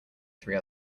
three